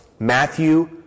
Matthew